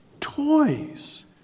toys